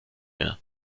mehr